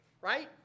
right